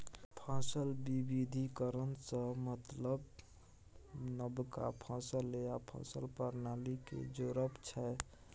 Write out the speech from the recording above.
फसल बिबिधीकरण सँ मतलब नबका फसल या फसल प्रणाली केँ जोरब छै